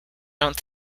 don’t